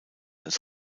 als